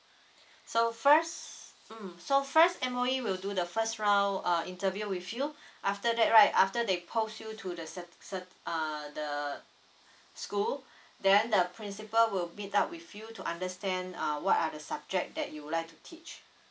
so first mm so first M_O_E will do the first round ah interview with you after that right after they post you to the cert cert ah the school then the principal will meet up with you to understand uh what are the subject that you'd like to teach